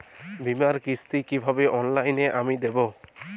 বীমার কিস্তি কিভাবে অনলাইনে আমি দেবো?